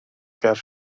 ger